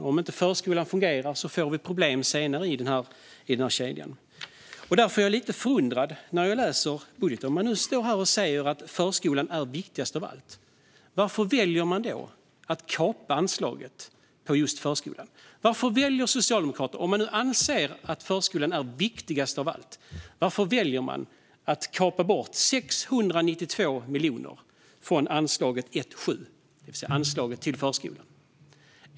Om inte förskolan fungerar får vi problem senare i kedjan. Därför är jag lite förundrad när jag läser budgeten. Om man nu står här och säger att förskolan är viktigast av allt, varför väljer man då att kapa anslaget till just förskolan? Om man nu anser att förskolan är viktigast av allt, varför väljer Socialdemokraterna att kapa bort 692 miljoner från anslaget 1:7, det vill säga anslaget till förskolan?